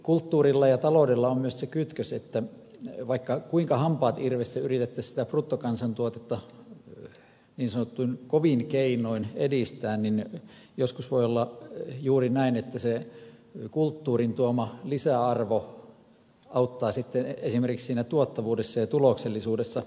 kulttuurilla ja taloudella on myös se kytkös että vaikka kuinka hampaat irvessä yritettäisiin bruttokansantuotetta niin sanotuin kovin keinoin edistää niin joskus voi olla juuri näin että se kulttuurin tuoma lisäarvo auttaa sitten esimerkiksi siinä tuottavuudessa ja tuloksellisuudessa